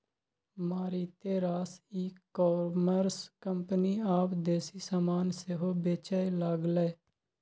मारिते रास e commerce company आब देसी समान सेहो बेचय लागलै